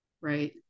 Right